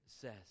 says